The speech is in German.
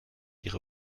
ihre